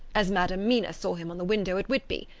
as madam mina saw him on the window at whitby,